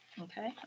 Okay